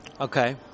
Okay